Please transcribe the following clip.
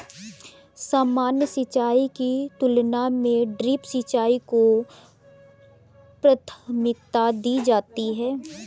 सामान्य सिंचाई की तुलना में ड्रिप सिंचाई को प्राथमिकता दी जाती है